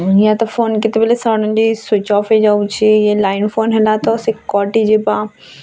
ନିହାତି ଫୋନ୍ କେତେବେଲେ suddenly switch off ହେଇଯାଉଛି ଏ ଲାଇନ୍ ଫୋନ୍ ହେଲା ତ ସେଁ କଟି ଯିବା